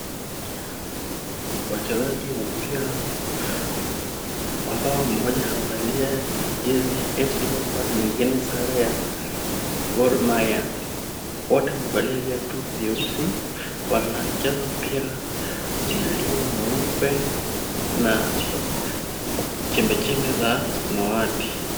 Wachezaji wa mpira ambao mmoja amevalia jezi ya FC Leopard mwingine sare ya Gor Mahia. Wote wamevalia viatu vyeusi, wanacheza mpira ulio mweupe na chembechembe za samawati.